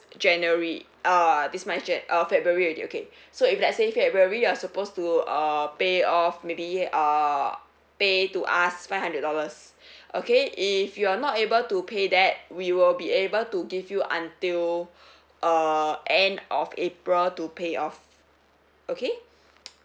january uh this month's ja~ uh february already okay so if let's say february you are supposed to uh pay off maybe uh pay to us five hundred dollars okay if you are not able to pay that we will be able to give you until uh end of april to pay off okay